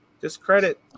discredit